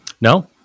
No